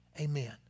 Amen